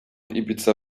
ibiza